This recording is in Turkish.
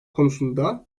konusunda